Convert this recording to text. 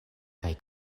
kaj